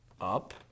up